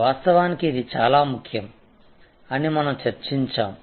వాస్తవానికి ఇది చాలా ముఖ్యం అని మనం చర్చించాము